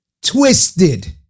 twisted